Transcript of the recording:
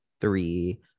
three